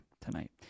tonight